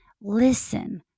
Listen